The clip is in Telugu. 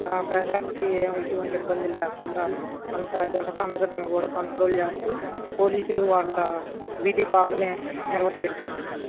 ప్రజలకు ఏం ఎటువంటి ఇబ్బందులు లేకుండా అంతా జనసాంద్రతను కూడా కంట్రోల్ చేస్తూ పోలీసులు వాళ్ళ విధి బాగనే నిర్వర్తిస్తున్నారు సార్